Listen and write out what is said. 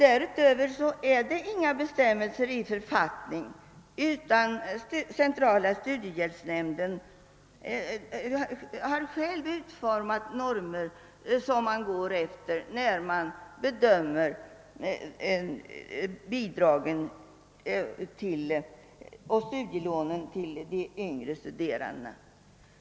Därutöver finns inga bestämmelser i författning, utan centrala studiehjälpsnämnden har själv utformat normer som den går efter vid bedömningen av bidragen och studielånen till de yngre studerandena.